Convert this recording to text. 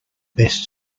best